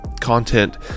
content